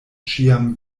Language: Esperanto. ĉiam